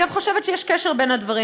ואני, אגב, חושבת שיש קשר בין הדברים.